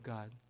God